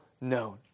known